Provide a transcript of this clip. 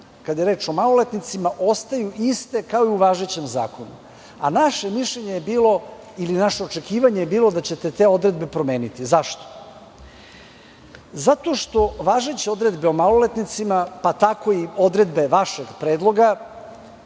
kad je reč o maloletnicima, ostaju iste kao i u važećem zakonu. A naše mišljenje je bilo, ili naše očekivanje, da ćete te odredbe promeniti. Zašto? Zato što važeće odredbe o maloletnicima, a tako i odredbe vašeg predloga,